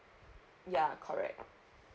ya correct